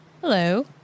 hello